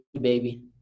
Baby